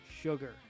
sugar